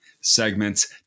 segments